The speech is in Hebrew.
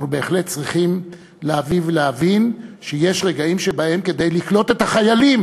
אנחנו בהחלט צריכים להבין שיש רגעים שבהם כדי לקלוט את החיילים